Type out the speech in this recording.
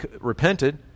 repented